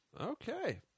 Okay